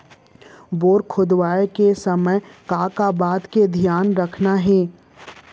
Borewell खोदवाए के समय का का बात के धियान रखना हे?